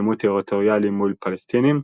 לעימות טריטוריאלי מול "פלסטינים",